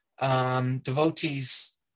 devotees